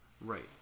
Right